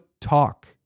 talk